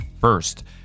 first